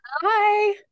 Hi